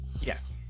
Yes